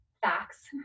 facts